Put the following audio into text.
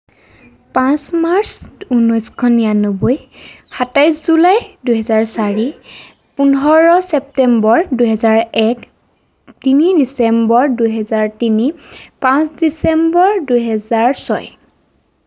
পাঁচ মাৰ্চ উনৈছশ নিৰানব্বৈ সাতাইছ জুলাই দুহেজাৰ চাৰি পোন্ধৰ ছেপ্তেম্বৰ দুহেজাৰ এক তিনি ডিচেম্বৰ দুহেজাৰ তিনি পাঁচ ডিচেম্বৰ দুহেজাৰ ছয়